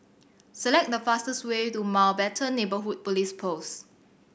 select the fastest way to Mountbatten Neighbourhood Police Post